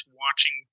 watching